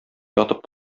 ятып